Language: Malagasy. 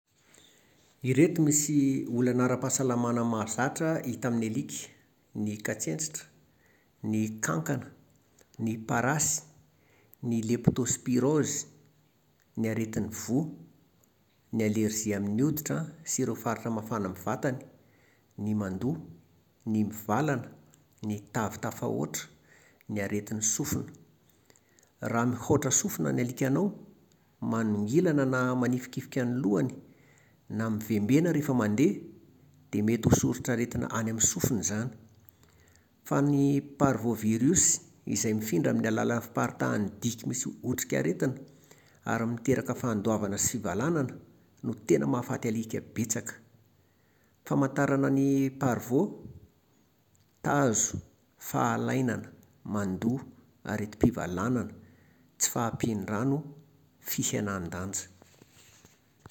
Ireto misy olana ara-pahasalamana mahazatra hita amin'ny alika: ny katsentsitra, ny kankana, ny parasy, ny leptôspirôzy, ny aretin'ny voa, ny allergie amin'ny hoditra an, sy ireo faritra mafana amin'ny vatany, ny mandoa, ny mivalana, ny tavy tafahoatra, ny aretin'ny sofina. Raha mihaotra sofina ny alikanao, manongilana na manifikifika ny lohany, na mivembena rehefa mandeha, dia mety ho soritr'aretina any amin'ny sofina izany. Fa ny parvôviriosy, izay mifindra amin'ny alàlan'ny fiparitahan'ny diky misy otrikaretina ary miteraka fandoavana sy, no tena mahafaty alika betsaka. Famantarana ny parvô: tazo, fahalainana, mandoa, aretim-pivalanana, tsy fahampian-drano, fihenan-danja